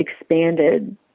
expanded